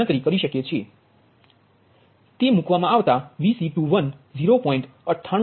તે મૂકવામા આવતા Vc210